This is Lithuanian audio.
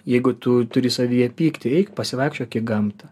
jeigu tu turi savyje pyktį eik pasivaikščiok į gamtą